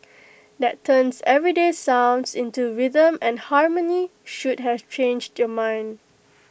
that turns everyday sounds into rhythm and harmony should have changed your mind